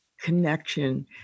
connection